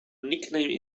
nickname